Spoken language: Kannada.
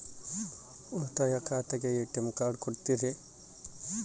ಉಳಿತಾಯ ಖಾತೆಗೆ ಎ.ಟಿ.ಎಂ ಕಾರ್ಡ್ ಕೊಡ್ತೇರಿ?